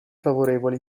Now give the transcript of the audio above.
favorevoli